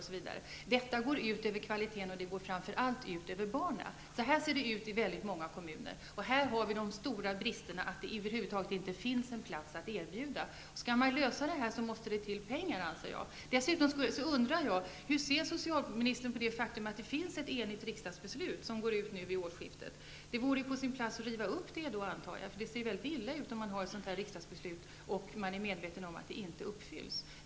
Detta går ut över kvaliteten i barnomsorgen, och det går framför allt ut över barnen. Så här ser det ut i väldigt många kommuner, och här är den stora bristen att det över huvud taget inte finns en plats att erbjuda. Skall man lösa detta måste det till pengar. Jag undrar också hur socialministern ser på det faktum att det finns ett enigt riksdagsbeslut som går ut nu vid årsskiftet. Jag antar att det vore på sin plats att riva upp det beslutet, eftersom det ser väldigt illa ut att ha ett sådant riksdagsbeslut om man är medveten om att det inte uppfylls.